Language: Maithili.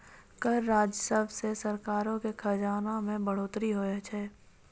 कर राजस्व से सरकारो के खजाना मे बढ़ोतरी होय छै